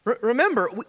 Remember